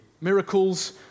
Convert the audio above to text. Miracles